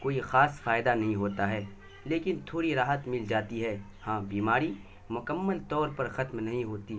کوئی خاص فائدہ نہیں ہوتا ہے لیکن تھوڑی راحت مل جاتی ہے ہاں بیماری مکمل طور پر ختم نہیں ہوتی